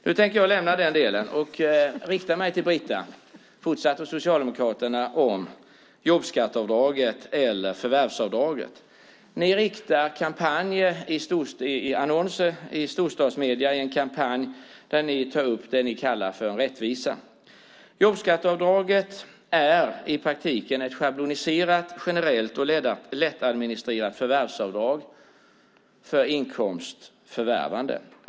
Nu tänker jag lämna den delen och rikta mig till Britta Rådström från Socialdemokraterna och tala om jobbskatteavdraget eller förvärvsavdraget. Ni har kampanjer i form av annonser i storstadsmedierna där ni tar upp det som ni kallar för rättvisa. Jobbskatteavdraget är i praktiken ett schabloniserat, generellt och lättadministrerat förvärvsavdrag, för inkomsts förvärvande.